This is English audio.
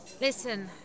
Listen